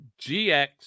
GX